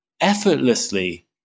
effortlessly